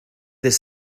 dydd